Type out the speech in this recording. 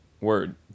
Word